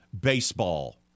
baseball